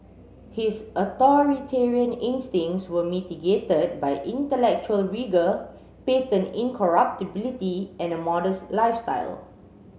his authoritarian instincts were mitigated by intellectual rigour patent incorruptibility and a modest lifestyle